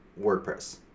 WordPress